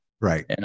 Right